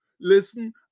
Listen